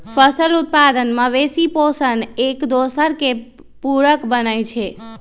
फसल उत्पादन, मवेशि पोशण, एकदोसर के पुरक बनै छइ